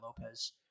Lopez